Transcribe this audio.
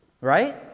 Right